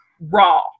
raw